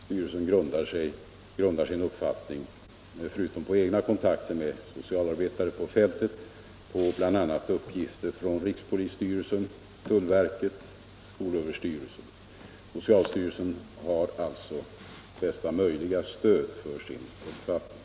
Styrelsen grundar sin uppfattning på egna kontakter med socialarbetare ute på fältet men även på uppgifter från rikspolisstyrelsen, tullverket och skolöverstyrelsen. Socialstyrelsen har alltså bästa möjliga stöd för sin uppfattning.